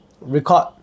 record